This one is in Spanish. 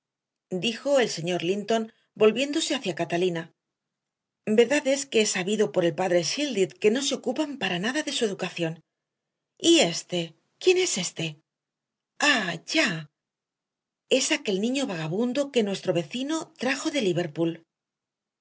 dijo el señor linton volviéndose hacia catalina verdad es que he sabido por el padre shielded que no se ocupan para nada de su educación y éste quién es éste ah ya es aquel niño vagabundo que nuestro difunto vecino trajo de liverpool